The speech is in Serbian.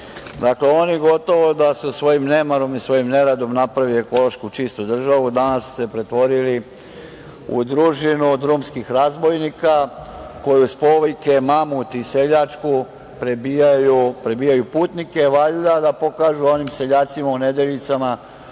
Srbiju, oni gotovo da su svojim nemarom i svojim neradom napravili ekološki čistu državu danas su se pretvorili u družinu drumskih razbojnika koji uz povike – mamu ti seljačku, prebijaju putnike valjda da pokažu onim seljacima u Nedeljicama